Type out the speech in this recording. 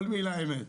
כל מילה אמת.